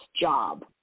job